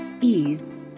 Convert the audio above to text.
ease